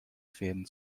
fäden